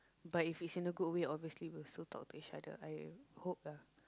but if is in a good way obviously we'll still talk to each other I hope lah